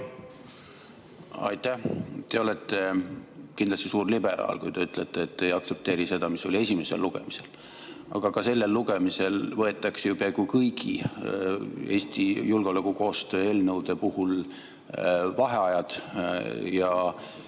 Aitäh! Te olete kindlasti suur liberaal, kui te ütlete, et te ei aktsepteeri seda, mis oli esimesel lugemisel. Aga ka sellel [teisel] lugemisel võetakse ju peaaegu kõigi Eesti julgeolekukoostöö eelnõude puhul vaheaegu ja